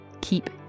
keep